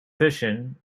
fission